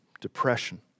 depression